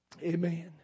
Amen